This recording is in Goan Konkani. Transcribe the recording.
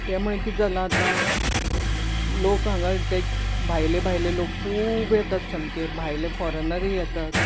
ते मुळें कितें जाला आता लोक हांगा भायले भायले लोक खूब येतात सामके भायले फॉरेनरय येतात